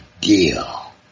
deal